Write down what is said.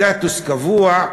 סטטוס קבוע.